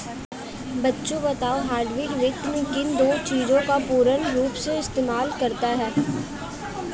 बच्चों बताओ हाइब्रिड वित्त किन दो चीजों का पूर्ण रूप से इस्तेमाल करता है?